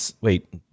Wait